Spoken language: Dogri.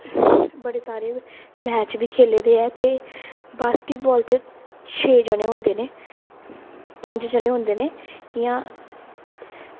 बड़े सारे मैच भी खेल्ले दे ऐ ते बास्केटबॉल च छे जनें होंदे न पंज जनें होंदे न इंया